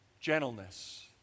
gentleness